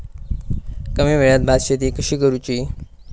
कमी वेळात भात शेती कशी करुची?